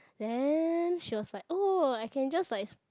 then she was like oh I can just like